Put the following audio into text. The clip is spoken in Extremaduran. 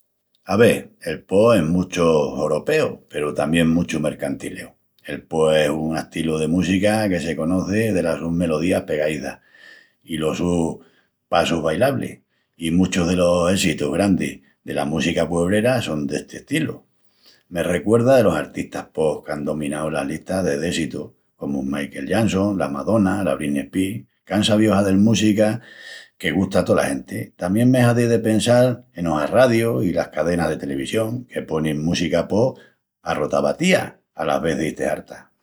Ave, el pop es muchu horopeu peru tamién muchu mercantileu. El pop es un astilu de música que se conocí delas sus melodías apegaízas i los sus passus bailablis, i muchus delos éssitus grandis dela música puebrera son d'esti estilu. Me recuerda delos artistas pop qu'án dominau las listas de déssitus, comu'l Michael Jackson, la Madonna i la Britney Spears, qu'án sabíu hazel música que gusta a tola genti. Tamién me hazi de pensal enos arradius i las cadenas de televisión que ponin música pop a rotabatía. Alas vezis te harta.